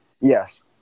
Yes